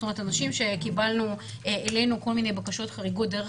אנשים שקיבלנו אלינו כל מיני בקשות חריגות דרך